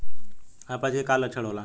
अपच के का लक्षण होला?